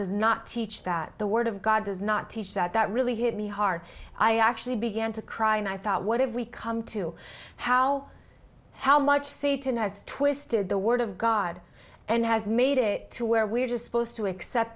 does not teach that the word of god does not teach that that really hit me hard i actually began to cry and i thought what if we come to how how much satan as twisted the word of god and has made it to where we're just supposed to accept